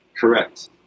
Correct